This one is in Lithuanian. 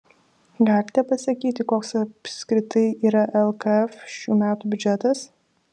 galite pasakyti koks apskritai yra lkf šių metų biudžetas